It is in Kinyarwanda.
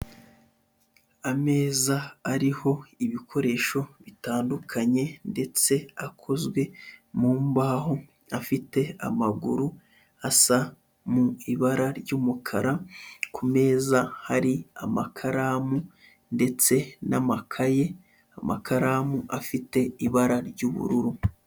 Ameza ariho ibikoresho bitandukanye ndetse akozwe mu mbaho, afite amaguru asa mu ibara ry'umukara, ku meza hari amakaramu ndetse n'amakaye, amakaramu afite ibara ry'ubururu.